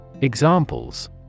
Examples